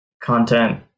content